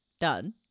done